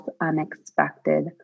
unexpected